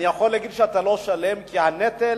אני יכול להגיד שאתה לא שלם, כי נטל